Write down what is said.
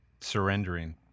surrendering